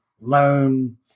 loan